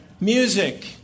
music